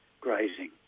grazing